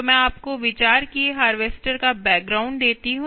तो मैं आपको विचार किये हारवेस्टर का बैकग्राउंड देती हूं